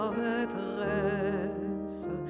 maîtresse